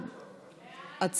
בקריאה שנייה.